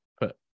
put